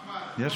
אחמד, את השם שלו.